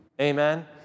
Amen